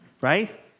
Right